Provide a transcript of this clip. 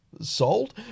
sold